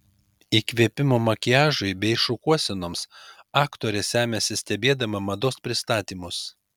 įkvėpimo makiažui bei šukuosenoms aktorė semiasi stebėdama mados pristatymus